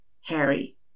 Harry